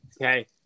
Okay